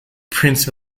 prince